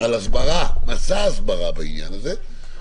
צריך מסע הסברה בעניין הזה.